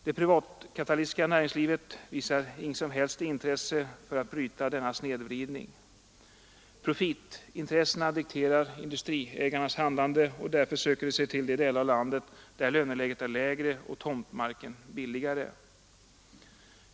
Det privatkapitalistiska näringslivet visar inget som helst intresse av att bryta denna snedvridning. Profitintressena dikterar industriägarnas handlande, och därför söker de sig ut till delar av landet där löneläget är lägre och tomtmarken billigare.